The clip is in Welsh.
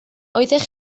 oeddech